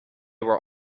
were